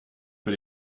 für